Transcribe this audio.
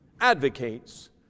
advocates